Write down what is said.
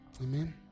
amen